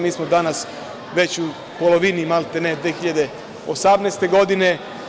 Mi smo danas već u polovini, maltene, 2018. godine.